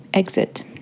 exit